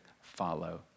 follow